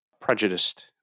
prejudiced